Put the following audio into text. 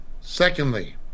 Secondly